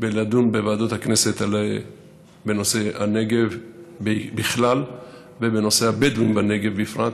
ולדון בוועדות הכנסת בנושא הנגב בכלל ובנושא הבדואים בנגב בפרט,